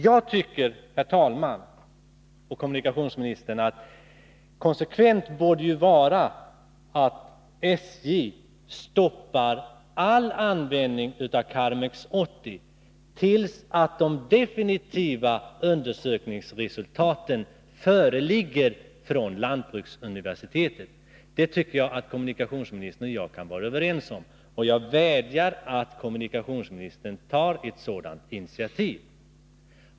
Jag tycker, herr talman, att SJ konsekvent borde stoppa all användning av Karmex 80 tills de definitiva undersökningsresultaten föreligger från lantbruksuniversitetet — det borde kommunikationsministern och jag kunna vara överens om. Och jag vädjar om att kommunikationsministern tar initiativ i den riktningen.